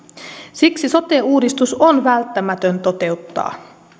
siksi sote uudistus on välttämätön toteuttaa